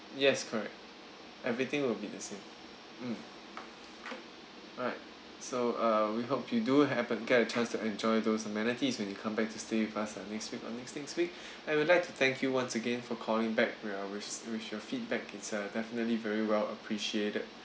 yes correct everything will be the same mm alright so uh we hope you do have a get a chance to enjoy those amenities when you come back to stay with us uh next week or next next week and we'd like to thank you once again for calling back with uh with with your feedback it's uh definitely very well appreciated